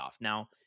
Now